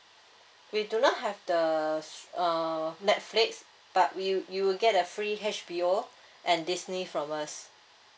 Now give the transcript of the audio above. we do not have the uh netflix but we you will get a free H_B_O and disney from us